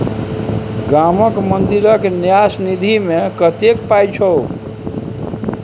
गामक मंदिरक न्यास निधिमे कतेक पाय छौ